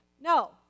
No